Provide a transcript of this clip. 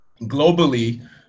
globally